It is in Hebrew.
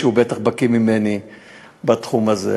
הוא בטח בקי ממני בתחום הזה.